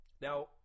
Now